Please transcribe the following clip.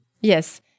Yes